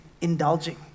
indulging